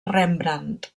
rembrandt